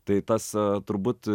tai tas turbūt